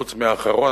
חוץ מהאחרון,